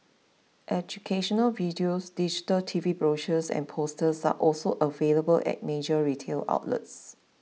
educational videos digital T V brochures and posters are also available at major retail outlets